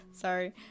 Sorry